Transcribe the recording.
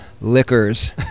Liquors